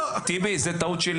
טיבי, זו טעות שלי.